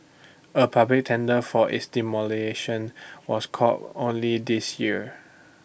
A public tender for its demolition was called only this year